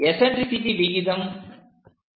eccentricity விகிதம் 34